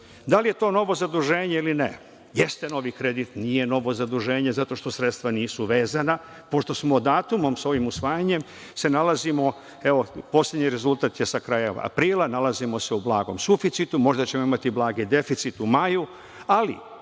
to. Da li je to novo zaduženje ili ne? Jeste novi kredit, nije novo zaduženje zato što sredstva nisu vezana, pošto se datumom sa ovim usvajanjem nalazimo – poslednji rezultat je sa kraja aprila, u blagom suficitu, možda ćemo imati blagi deficit u maju, ali